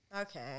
Okay